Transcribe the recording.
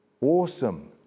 awesome